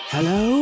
Hello